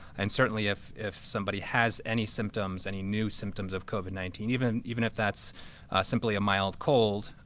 and certainly if if somebody has any symptoms, any new symptoms of covid nineteen, even even if that's simply a mild cold,